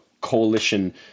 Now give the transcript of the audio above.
coalition